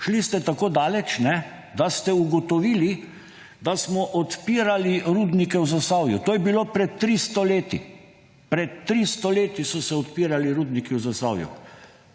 Šli ste tako daleč, da ste ugotovili, da smo odpirali rudnike v Zasavju. To je bilo pred tristo leti! Pred tristo leti so se odpirali rudniki v Zasavju.